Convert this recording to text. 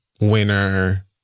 winner